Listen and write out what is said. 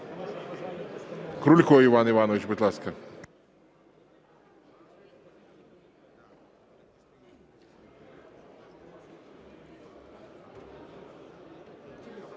Крулько Іван Іванович, будь ласка.